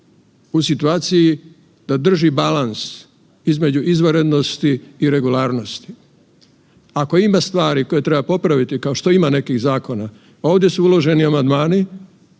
u situaciji da drži balans između izvanrednosti i regularnosti. Ako ima stvari koje treba popraviti, kao što ima nekih zakona, ovdje su uloženi amandmani,